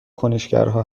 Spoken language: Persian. کنشگرها